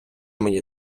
мені